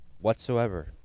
whatsoever